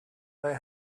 they